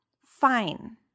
fine